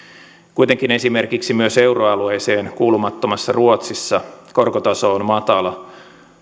kuitenkin esimerkiksi myös euroalueeseen kuulumattomassa ruotsissa korkotaso on matala